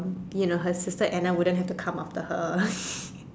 you know her sister Anna wouldn't have to come after her